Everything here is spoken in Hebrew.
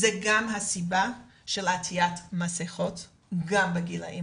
זו גם הסיבה של עטיית המסכות גם בגילאים